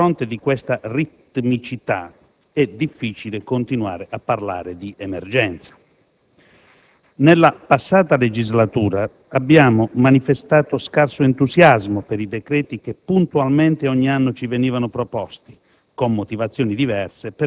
È chiaro che, a fronte di questa ritmicità, è difficile continuare a parlare di emergenza. Nella passata legislatura abbiamo manifestato scarso entusiasmo per i decreti che puntualmente ogni anno ci venivano proposti,